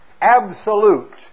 absolute